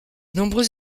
nombreux